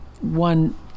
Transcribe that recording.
one